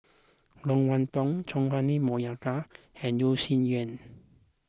Loke Wan Tho Chua Ah Huwa Monica and Yeo Shih Yun